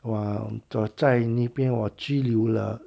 我我在那边我居留了